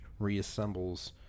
reassembles